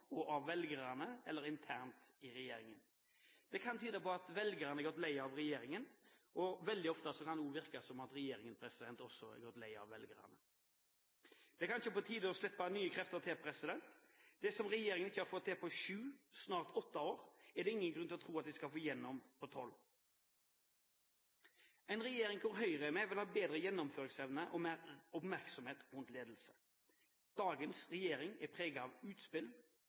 og av velgerne – eller internt i regjeringen. Det kan tyde på at velgerne har gått lei av regjeringen, og veldig ofte kan det også virke som om regjeringen også er lei av velgerne. Det er kanskje å slippe nye krefter til. Det som regjeringen ikke har fått til på sju, snart åtte år, er det ingen grunn til å tro at de skal få igjennom på tolv år. En regjering hvor Høyre er med, vil ha bedre gjennomføringsevne og mer oppmerksomhet rundt ledelse. Dagens regjering er preget av utspill,